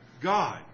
God